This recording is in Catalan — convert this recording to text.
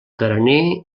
carener